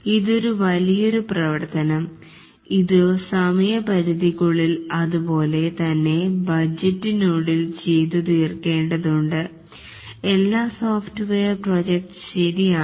ഇതൊരു വലിയൊരു പ്രവർത്തനം ഇതു സമയപരിധിക്കുള്ളിൽ അതുപോലെ തന്നെ ബജറ്റ് നുള്ളിൽ ചെയ്തു തീർക്കേണ്ടതുണ്ട് എല്ലാ സോഫ്റ്റ്വെയർ പ്രോജക്ടസ് ശരിയാണ്